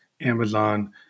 Amazon